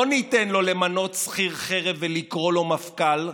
לא ניתן לו למנות שכיר חרב ולקרוא לו מפכ"ל.